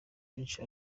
benshi